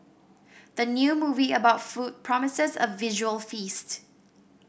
the new movie about food promises a visual feast